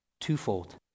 twofold